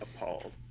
appalled